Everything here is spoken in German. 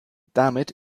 damit